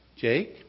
Jake